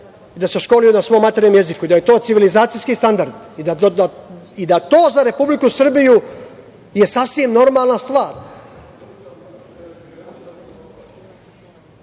da se školuju na svom maternjem jeziku i da je to civilizacijski standard i da je to za Republiku Srbiju sasvim normalna stvar. Želim